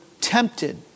tempted